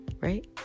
right